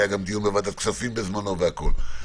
היה גם דיון בוועדת הכספים בשעתו וכולי.